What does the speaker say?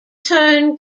turn